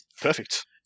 Perfect